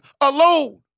alone